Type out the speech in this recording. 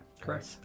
Correct